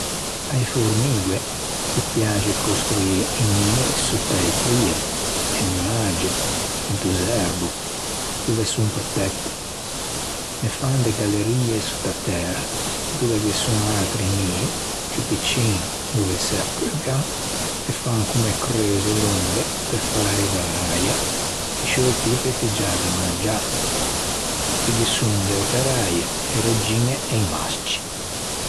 A-e formigoe ghe piaxe construî i nii sotta a-e prie, e miage, into zerbo, dove son protette. Fan de gallerie sotta tæra dove ghe son atri nii ciù piccin dove se accobbian e fan comme creuse longhe pe fâ arrivâ äia e sciortî pe piggiâ da mangiâ e ghe son de operäie, e regiñe e i mascci.